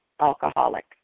alcoholic